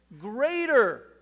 greater